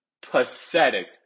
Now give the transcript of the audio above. pathetic